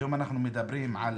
היום אנחנו מדברים על